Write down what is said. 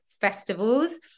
festivals